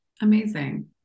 Amazing